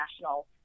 national